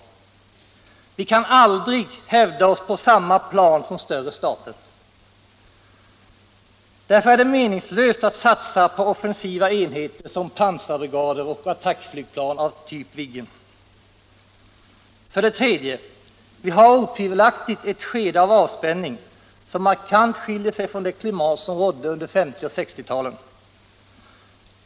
Vi kan aldrig hävda oss på samma plan som större stater. Därför är det meningslöst att satsa på offensiva enheter som pansarbrigader och attackflygplan av typ Viggen. För det tredje: Vi har otvivelaktigt ett skede av avspänning, som markant skiljer sig från det klimat som rådde under 1950 och 1960-talen.